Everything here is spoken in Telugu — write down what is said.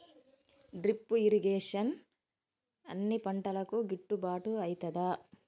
డ్రిప్ ఇరిగేషన్ అన్ని పంటలకు గిట్టుబాటు ఐతదా?